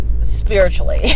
Spiritually